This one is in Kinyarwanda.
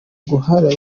guhana